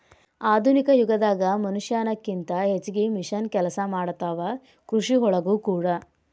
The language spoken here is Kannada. ಆಧುನಿಕ ಯುಗದಾಗ ಮನಷ್ಯಾನ ಕಿಂತ ಹೆಚಗಿ ಮಿಷನ್ ಕೆಲಸಾ ಮಾಡತಾವ ಕೃಷಿ ಒಳಗೂ ಕೂಡಾ